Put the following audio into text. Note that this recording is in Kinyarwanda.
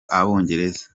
abongereza